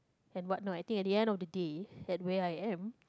and what not I think at the end of the day that where I am